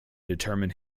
determine